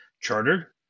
chartered